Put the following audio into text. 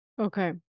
okay